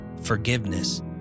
forgiveness